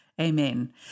Amen